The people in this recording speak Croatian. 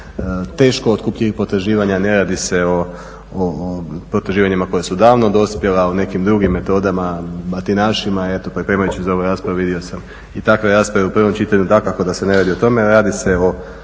teško otkupljivih potraživanja, ne radi se o potraživanjima koja su davno dospjela, o nekim drugim metodama, batinašima. Eto, pripremajući za ovu raspravu vidio sam i takve rasprave u prvom čitanju. Dakako da se ne radio o tome, radi se o